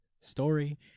story